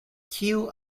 kiu